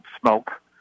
smoke